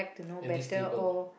at this table